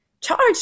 charged